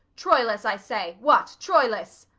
troilus, i say! what, troilus!